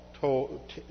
told